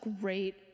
great